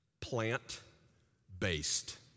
Plant-based